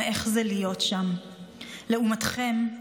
לעומתכם,